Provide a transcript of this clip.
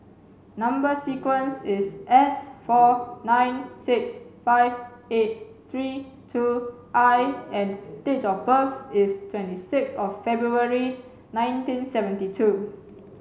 number sequence is S four nine six five eight three two I and date of birth is twenty sixth of February nineteen seventy two